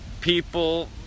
people